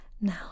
now